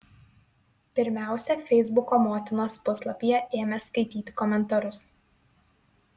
pirmiausia feisbuko motinos puslapyje ėmė skaityti komentarus